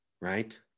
right